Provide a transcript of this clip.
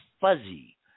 fuzzy